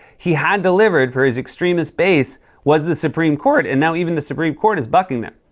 he had delivered for his extremist base was the supreme court. and now even the supreme court is bucking him.